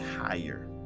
higher